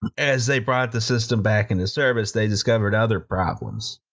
as they brought the system back into service, they discovered other problems.